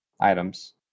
items